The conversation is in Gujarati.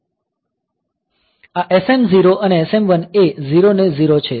આ SM0 અને SM1 એ 0 ને 0 છે